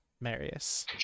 Marius